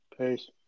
Peace